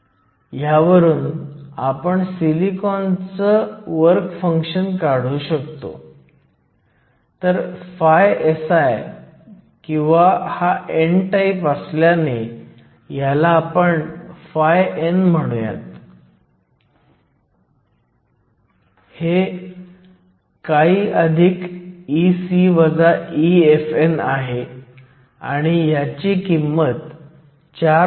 तर गणिते न करता देखील आपण अंदाज लावू शकतो की NA हा ND पेक्षा जास्त असेल फक्त कारण p बाजूला फर्मी लेव्हल व्हॅलेन्स बँडच्या अगदी जवळ आहे ती फक्त 0